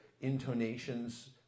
intonations